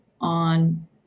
on